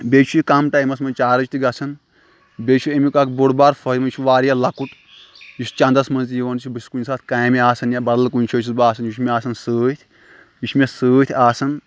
بیٚیہِ چھُ یہِ کَم ٹایمَس منٛز چارٕج تہِ گژھان بیٚیہِ چھُ اَمیُک اَکھ بوٚڑ بار یہِ چھُ واریاہ لۄکُٹ یہِ چھُ چَندَس منٛز تہِ یِوان یہِ بہٕ چھُس کُنہِ ساتہٕ کامہِ آسان یا بَدَل کُنہِ جاے چھُس بہٕ آسان یہِ چھُ مےٚ آسان سۭتۍ یہِ چھُ مےٚ سۭتۍ آسان